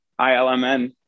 ILMN